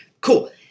cool